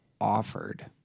offered